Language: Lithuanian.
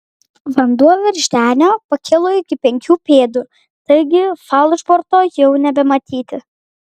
vanduo virš denio pakilo iki penkių pėdų taigi falšborto jau nebematyti